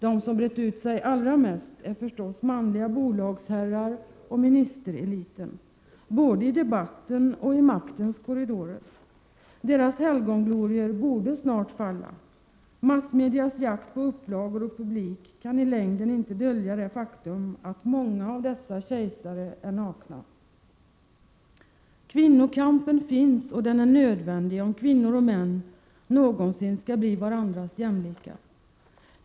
De som brett ut sig allra mest är förstås manliga bolagsherrar och ministereliten — både i debatten och i maktens korridorer. Deras helgonglorior borde snart falla — massmedias jakt på upplagor och publik kan i längden inte dölja det faktum att många av dessa kejsare är nakna. Kvinnokampen finns och den är nödvändig om kvinnor och män någonsin skall bli varandras jämlikar.